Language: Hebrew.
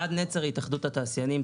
אני אלעד נצר, מהתאחדות התעשיינים.